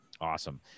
Awesome